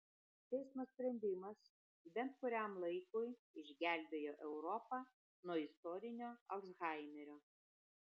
teismo sprendimas bent kuriam laikui išgelbėjo europą nuo istorinio alzhaimerio